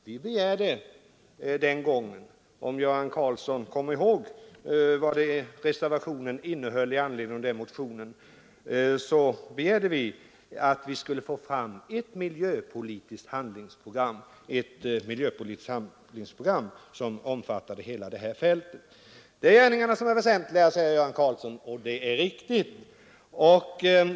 Vi begärde den gången — om Göran Karlsson kommer ihåg vad reservationen innehöll i anledning av den motionen — att vi skulle få fram ett miljöpolitiskt handlingsprogram som omfattade hela det här fältet. Det är gärningarna som är väsentliga, säger Göran Karlsson, och det är riktigt.